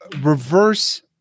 reverse